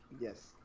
yes